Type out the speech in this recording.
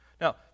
Now